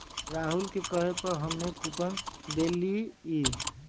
राहुल के कहे पर हम्मे कूपन देलीयी